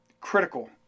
critical